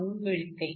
999 मिळते